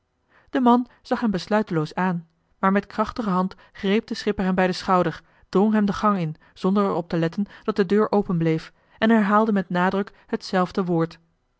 de man zag hem besluiteloos aan maar met krachtige hand greep de schipper hem bij den schouder drong hem de gang in zonder er op te letten dat de deur open bleef en herhaalde met nadruk hetzelfde woord